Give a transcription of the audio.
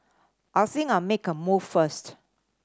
I think I'll make a move first